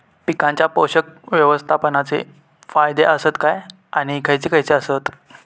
पीकांच्या पोषक व्यवस्थापन चे फायदे आसत काय आणि खैयचे खैयचे आसत?